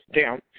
down